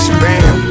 bam